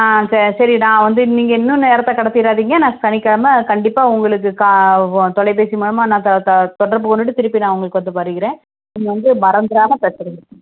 ஆ சேரி சரி நான் வந்து நீங்கள் இன்னும் நேரத்தை கடைத்திறாதீங்க நான் சனிக்கிலம கண்டிப்பாக உங்களுக்கு க தொலைபேசி மூலியமாக நான் த த தொடர்பு கொண்டுட்டு திருப்பி நான் உங்களுக்கு வந்து வருகிறேன் நீங்கள் வந்து மறந்துறாமல் தச்சுருங்க